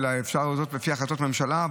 אלא אפשר לעשות לפי החלטות ממשלה.